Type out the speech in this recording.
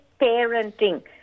parenting